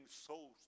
souls